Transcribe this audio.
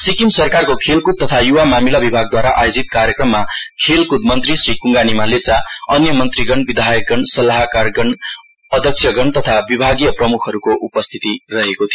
सिक्किम सरकारको खेलकुद तथा युवा मामिला विभागद्वारा आयोजित कार्यक्रममा खेल मन्त्री श्री कुङगानिमा लेप्चा अन्य मन्त्रीगण विधायकगण सल्लाहकारगण अध्यक्षगण तथा विभागिय प्रमुखहरुको उपस्थिति थियो